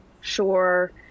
Sure